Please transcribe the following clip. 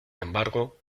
embargo